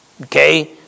okay